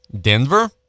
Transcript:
Denver